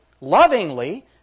lovingly